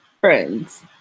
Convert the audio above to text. friends